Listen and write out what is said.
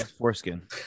Foreskin